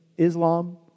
Islam